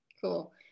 Cool